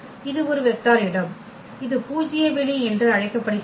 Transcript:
இது ஒரு வெக்டர் இடம் இது பூஜ்ய வெளி என்று அழைக்கப்படுகிறது